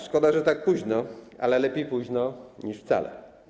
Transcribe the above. Szkoda, że tak późno, ale lepiej późno niż wcale.